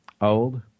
old